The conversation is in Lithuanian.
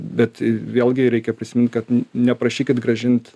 bet vėlgi reikia prisimint kad n neprašykit grąžint